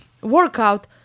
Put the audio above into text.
workout